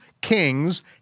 kings